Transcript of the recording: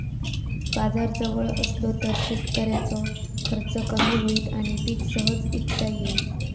बाजार जवळ असलो तर शेतकऱ्याचो खर्च कमी होईत आणि पीक सहज इकता येईत